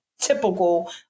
typical